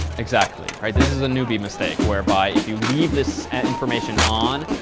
exactly. right, this is a newbie mistake whereby if you leave this information on,